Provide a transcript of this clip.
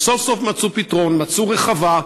וסוף-סוף מצאו פתרון: מצאו רחבה,